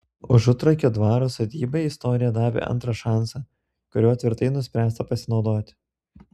užutrakio dvaro sodybai istorija davė antrą šansą kuriuo tvirtai nuspręsta pasinaudoti